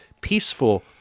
peaceful